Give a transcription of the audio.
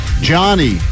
Johnny